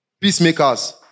peacemakers